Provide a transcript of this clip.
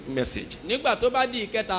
message